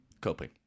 coping